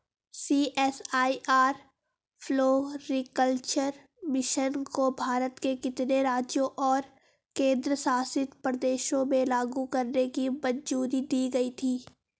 CSIR floriculture mission को भारत के कितने राज्यों और केंद्र शासित प्रदेशों में लागू करने की मंजूरी दी गई थी?